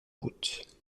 route